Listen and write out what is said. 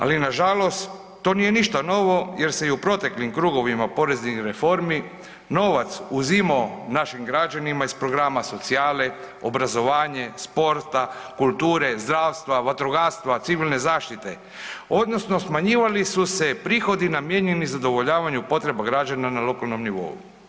Ali nažalost to nije ništa novo jer se i u proteklim krugovima poreznih reformi novac uzimao našim građanima iz programa socijale, obrazovanje, sporta, kulture, zdravstva, vatrogastva, civilne zaštite, odnosno smanjivali su se prihodi namijenjeni zadovoljavanju potreba građana na lokalnom nivou.